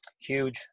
huge